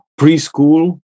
preschool